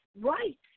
right